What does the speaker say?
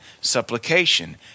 supplication